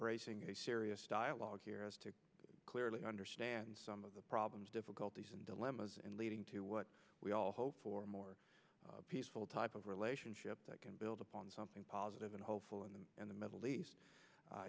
embracing a serious dialogue here as to clearly understand some of the problems difficulties and dilemmas and leading to what we all hope for a more peaceful type of relationship that can build upon something positive and hopeful in the in the middle east